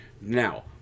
Now